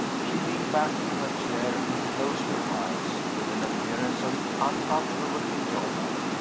she leaned back in her chair and closed her eyes, with an appearance of unutterable enjoyment.